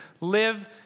live